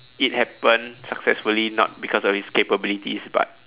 it happen successfully not because of his capabilities but